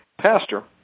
pastor